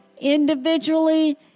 individually